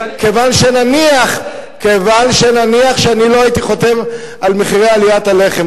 כיוון שנניח שאני לא הייתי חותם על עליית מחירי הלחם,